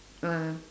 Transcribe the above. ah